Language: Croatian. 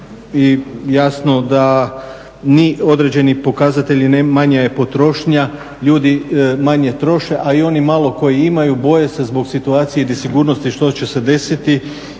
i jasno da ni određeni pokazatelji, manja je potrošnja, ljudi manje troše, a i oni malo koji imaju boje se zbog situacije i nesigurnosti što će se desiti